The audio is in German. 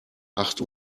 acht